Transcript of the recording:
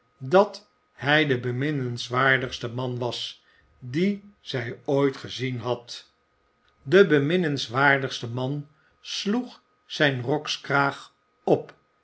dat hij de beminnenswaardigste man was dien zij ooit gezien had de beminnenswaardigste man sloeg zijn rokskraag op